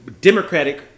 Democratic